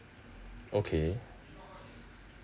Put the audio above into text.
okay